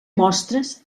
mostres